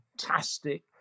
fantastic